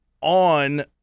on –